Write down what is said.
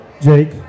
Jake